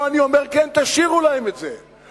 פה אני אומר, כן, תשאירו להם את זה.